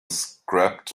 scabbard